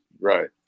Right